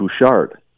Bouchard